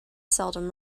seldom